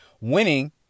Winning